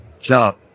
job